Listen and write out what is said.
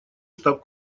штаб